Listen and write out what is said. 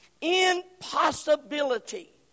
impossibility